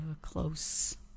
close